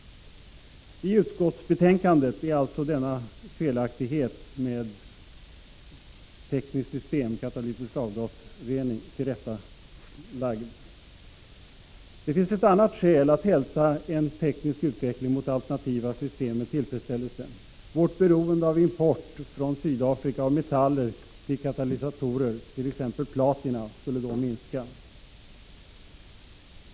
Tutskottsbetänkandet har vi tillrättalagt den felaktighet som angivandet av katalytisk avgasrening som tekniskt system innebar. Det finns ett annat skäl att hälsa en teknisk utveckling mot alternativa system med tillfredsställelse. Vårt beroende av import från Sydafrika av metaller till katalysatorer, t.ex. platina, skulle då minska.